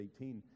18